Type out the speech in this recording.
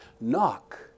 Knock